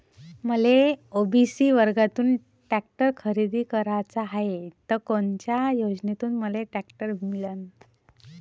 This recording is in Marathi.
मले ओ.बी.सी वर्गातून टॅक्टर खरेदी कराचा हाये त कोनच्या योजनेतून मले टॅक्टर मिळन?